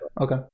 Okay